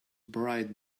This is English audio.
bright